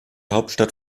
hauptstadt